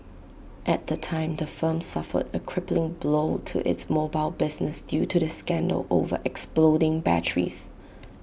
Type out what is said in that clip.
at the time the firm suffered A crippling blow to its mobile business due to the scandal over exploding batteries